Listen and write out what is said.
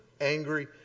angry